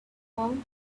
mounted